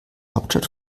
hauptstadt